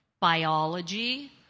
biology